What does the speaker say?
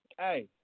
Hey